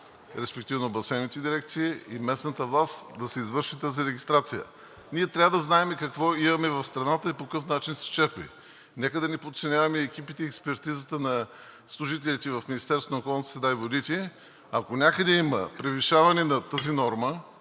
респективно басейновите дирекции и местната власт, да се извърши тази регистрация. Ние трябва да знаем какво имаме в страната и по какъв начин се черпи. Нека да не подценяваме екипите и експертизата на служителите в Министерството на околната